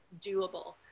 doable